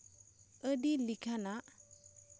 ᱟᱹᱰᱤ ᱞᱮᱠᱟᱱᱟᱜ